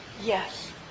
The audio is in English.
Yes